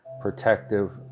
protective